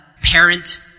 parent